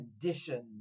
condition